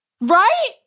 Right